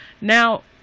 now